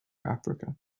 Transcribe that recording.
africa